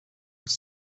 have